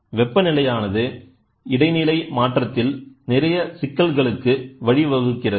வெப்பநிலையானது இடைநிலை மாற்றத்தில் நிறைய சிக்கல்களுக்கு வழிவகுக்கிறது